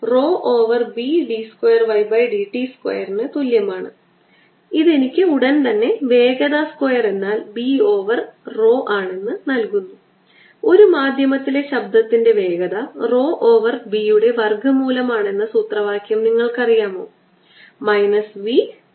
ഇപ്പോൾ എനിക്ക് നേരിട്ട് വ്യതിചലന സിദ്ധാന്തം ഉപയോഗിച്ച് E ന്റെ വ്യതിചലനം ഉപയോഗിക്കാം പക്ഷേ ഞാൻ അത് ചെയ്യാൻ പോകുന്നില്ല